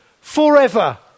forever